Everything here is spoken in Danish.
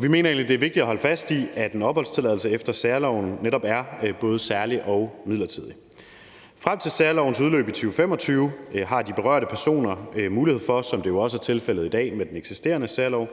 vi mener egentlig, det er vigtigt at holde fast i, at en opholdstilladelse efter særloven netop er både særlig og midlertidig. Frem til særlovens udløb i 2025 har de berørte personer mulighed for, som det jo også er tilfældet i dag med den eksisterende særlov,